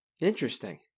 Interesting